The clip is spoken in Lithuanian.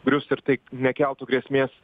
grius ir tai nekeltų grėsmės